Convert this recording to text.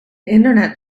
internet